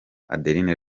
adeline